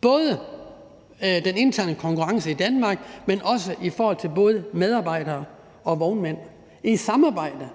både den interne konkurrence i Danmark, men også i forhold til både medarbejdere og vognmænd i et samarbejde.